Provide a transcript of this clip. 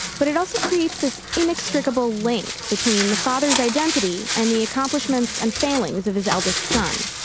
but it also creates this inextricable link between the father's identity and the accomplishments and failings of his eldest son.